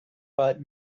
but